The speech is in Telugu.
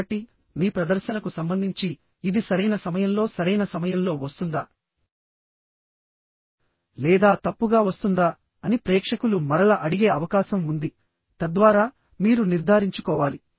కాబట్టి మీ ప్రదర్శనకు సంబంధించి ఇది సరైన సమయంలో సరైన సమయంలో వస్తుందా లేదా తప్పుగా వస్తుందా అని ప్రేక్షకులు మరల అడిగే అవకాశం ఉంది తద్వారా మీరు నిర్ధారించుకోవాలి